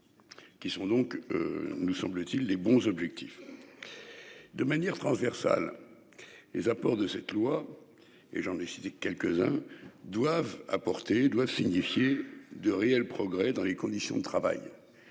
Qui sont donc. Nous semble-t-il les bons objectifs. De manière transversale. Les apports de cette loi et j'en ai cité quelques-uns doivent apporter doivent signifier de réels progrès dans les conditions de travail.